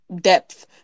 depth